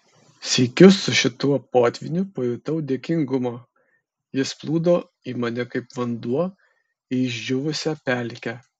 sykiu su šituo potvyniu pajutau dėkingumą jis plūdo į mane kaip vanduo į išdžiūvusią pelkę